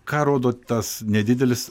ką rodo tas nedidelis